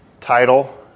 title